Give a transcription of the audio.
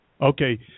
Okay